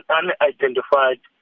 unidentified